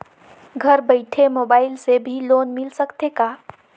घर बइठे मोबाईल से भी लोन मिल सकथे का?